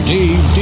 Dave